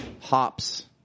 hops